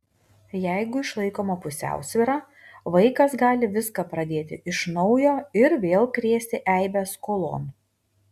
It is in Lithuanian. jeigu išlaikoma pusiausvyra vaikas gali viską pradėti iš naujo ir vėl krėsti eibes skolon